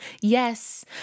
Yes